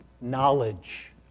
knowledge